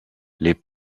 les